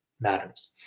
matters